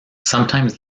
sometimes